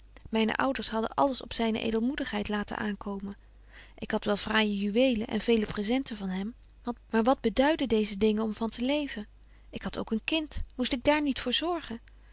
myne ouders hadden alles op zyne edelmoedigheid laten aankomen ik had wel fraaije juwelen en vele presenten van hem maar wat beduiden deeze dingen om van te leven ik had ook een kind moest ik daar niet voor zorgen